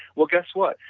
well, guess what?